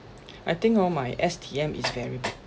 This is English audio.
I think hor my S_T_M is very